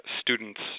students